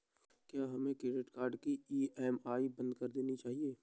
क्या हमें credit card की ई.एम.आई बंद कर देनी चाहिए?